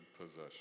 possession